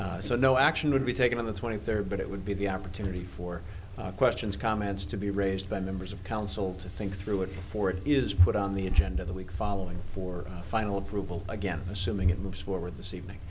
third so no action would be taken on the twenty third but it would be the opportunity for questions comments to be raised by members of council to think through it before it is put on the agenda the week following for final approval again assuming it moves forward this evening